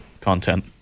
content